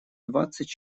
двадцать